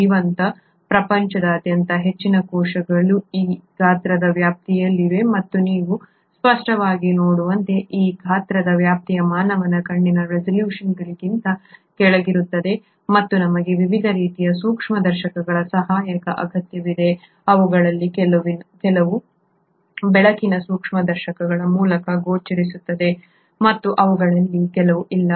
ಜೀವಂತ ಪ್ರಪಂಚದಾದ್ಯಂತದ ಹೆಚ್ಚಿನ ಕೋಶಗಳು ಈ ಗಾತ್ರದ ವ್ಯಾಪ್ತಿಯಲ್ಲಿವೆ ಮತ್ತು ನೀವು ಸ್ಪಷ್ಟವಾಗಿ ನೋಡುವಂತೆ ಈ ಗಾತ್ರದ ವ್ಯಾಪ್ತಿಯು ಮಾನವನ ಕಣ್ಣಿನ ರೆಸಲ್ಯೂಶನ್ಗಿಂತ ಕೆಳಗಿರುತ್ತದೆ ಮತ್ತು ನಮಗೆ ವಿವಿಧ ರೀತಿಯ ಸೂಕ್ಷ್ಮದರ್ಶಕಗಳ ಸಹಾಯದ ಅಗತ್ಯವಿದೆ ಅವುಗಳಲ್ಲಿ ಕೆಲವು ಬೆಳಕಿನ ಸೂಕ್ಷ್ಮದರ್ಶಕಗಳ ಮೂಲಕ ಗೋಚರಿಸುತ್ತವೆ ಮತ್ತು ಅವುಗಳಲ್ಲಿ ಕೆಲವು ಇಲ್ಲ